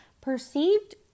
Perceived